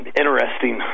interesting